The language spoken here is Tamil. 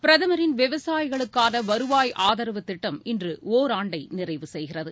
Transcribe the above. பிரதமின் விவசாயிகளுக்கான வருவாய் ஆதரவு திட்டம் இன்று ஒராண்டை நிறைவு செய்கிறது